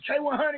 K100